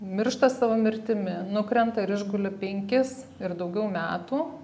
miršta sava mirtimi nukrenta ir išguli penkis ir daugiau metų